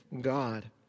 God